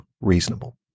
reasonable